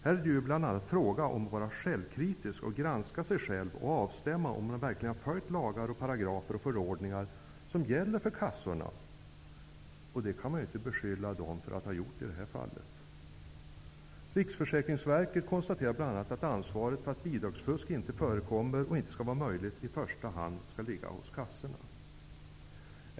Här är det ju bl.a. fråga om att självkritiskt granska sig själv samt avstämma huruvida man verkligen följt de lagar, paragrafer och förordningar som gäller för kassorna, vilket man inte kan beskylla dem för att ha gjort i det här fallet. Riksförsäkringsverket konstaterar bl.a. att ansvaret för att bidragsfusk inte skall förekomma och inte skall vara möjligt i första hand skall ligga hos kassorna.